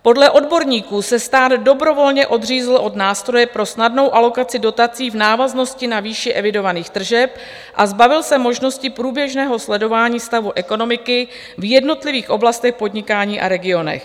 Podle odborníků se stát dobrovolně odřízl od nástroje pro snadnou alokaci dotací v návaznosti na výši evidovaných tržeb a zbavil se možnosti průběžného sledování stavu ekonomiky v jednotlivých oblastech podnikání a regionech.